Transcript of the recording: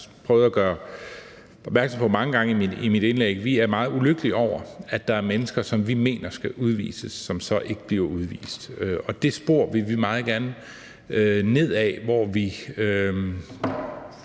prøvede at gøre opmærksom på mange gange i mit indlæg, er vi meget ulykkelige over, at der er mennesker, som vi mener skal udvises, som så ikke bliver udvist. Og det spor vil vi meget gerne ned ad, hvor vi